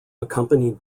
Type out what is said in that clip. accompanied